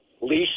lease